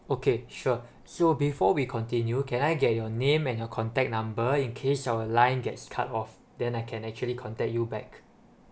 okay sure so before we continue can I get your name and your contact number in case our line gets cut off then I can actually contact you back